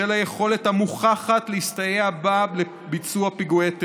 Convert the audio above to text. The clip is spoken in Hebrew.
בשל היכולת המוכחת להסתייע בה לביצוע פיגועי טרור.